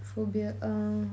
phobia err